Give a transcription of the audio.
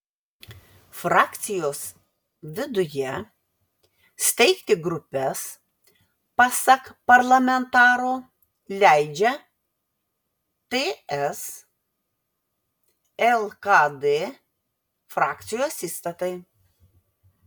frakcijos viduje steigti grupes pasak parlamentaro leidžia ts lkd frakcijos įstatai